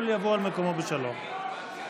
מי,